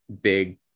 big